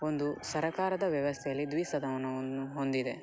ಒಂದು ಸರಕಾರದ ವ್ಯವಸ್ಥೆಯಲ್ಲಿ ದ್ವಿಸದನವನ್ನು ಹೊಂದಿದೆ